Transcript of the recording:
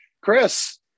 Chris